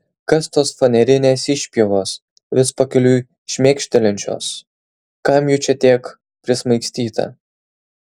kas tos fanerinės išpjovos vis pakeliui šmėkštelinčios kam jų čia tiek prismaigstyta